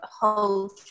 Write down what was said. whole